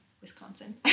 Wisconsin